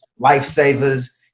lifesavers